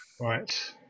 Right